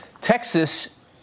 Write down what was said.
Texas